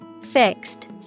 Fixed